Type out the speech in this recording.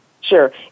Sure